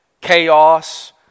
chaos